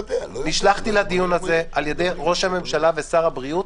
נשלחתי לדיון הזה על ידי ראש הממשלה ושר הבריאות